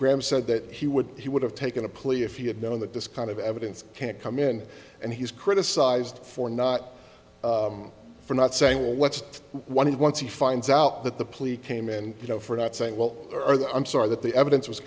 graham said that he would he would have taken a plea if he had known that this kind of evidence can't come in and he's criticized for not for not saying well let's what he once he finds out that the police came in you know for not saying well or that i'm sorry that the evidence was